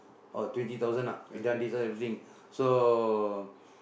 or twenty thousand ah we done this one everything so